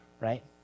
right